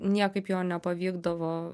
niekaip jo nepavykdavo